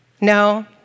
No